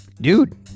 Dude